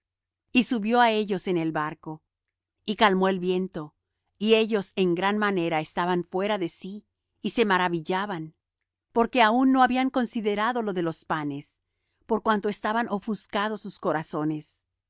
y subió á ellos en el barco y calmó el viento y ellos en gran manera estaban fuera de sí y se maravillaban porque aun no habían considerado lo de los panes por cuanto estaban ofuscados sus corazones